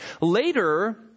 Later